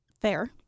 fair